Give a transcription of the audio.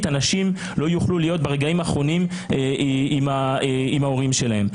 אנשים לא יוכלו להיות ברגעים האחרונים עם ההורים שלהם.